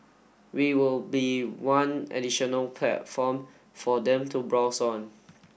we will be one additional platform for them to browse on